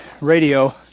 radio